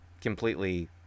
completely